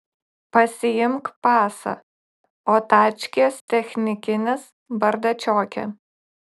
pasiimk pasą o tačkės technikinis bardačioke